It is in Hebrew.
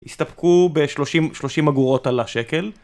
הסתפקו ב-30, 30 אגורות על השקל